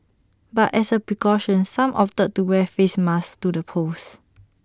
but as A precaution some opted to wear face masks to the polls